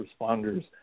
responders